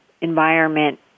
environment